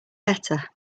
better